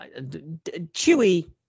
Chewie